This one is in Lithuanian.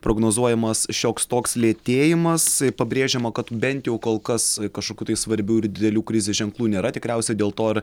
prognozuojamas šioks toks lėtėjimas pabrėžiama kad bent jau kol kas kažkokių tai svarbių ir didelių krizės ženklų nėra tikriausiai dėl to ir